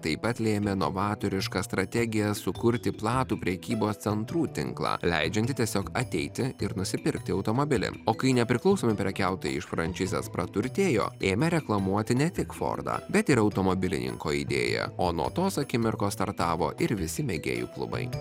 taip pat lėmė novatoriška strategija sukurti platų prekybos centrų tinklą leidžiantį tiesiog ateiti ir nusipirkti automobilį o kai nepriklausomi prekiautojai iš frančizės praturtėjo ėmė reklamuoti ne tik fordą bet ir automobilininko idėją o nuo tos akimirkos startavo ir visi mėgėjų klubai